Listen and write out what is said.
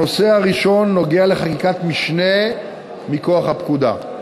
הנושא הראשון נוגע לחקיקת משנה מכוח הפקודה.